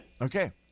Okay